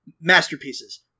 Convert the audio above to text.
masterpieces